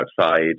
outside